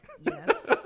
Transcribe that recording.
Yes